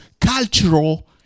cultural